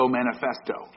Manifesto